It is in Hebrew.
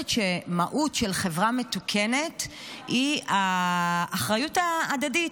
שמהות של חברה מתוקנת היא אחריות הדדית.